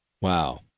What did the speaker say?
Wow